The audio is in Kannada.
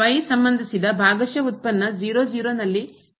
ಆದ್ದರಿಂದ y ಸಂಬಂಧಿಸಿದ ಭಾಗಶಃ ಉತ್ಪನ್ನ ನಲ್ಲಿ 0 ಆಗಿದೆ